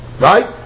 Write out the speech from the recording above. Right